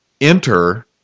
Enter